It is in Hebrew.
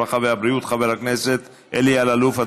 הרווחה והבריאות חבר הכנסת לי אלאלוף.